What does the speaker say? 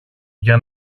για